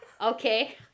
Okay